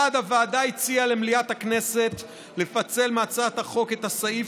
1. הוועדה הציעה למליאת הכנסת לפצל מהצעת החוק את הסעיף